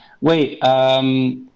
Wait